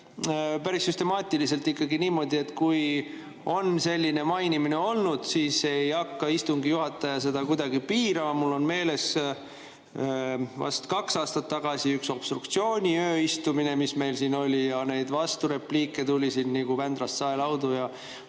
päris süstemaatiliselt ikkagi niimoodi, et kui on mainimine olnud, siis ei hakka istungi juhataja seda kuidagi piirama. Mul on meeles vist kaks aastat tagasi üks obstruktsiooni ööistumine, mis meil siin oli, ja neid vasturepliike tuli nagu Vändrast saelaudu.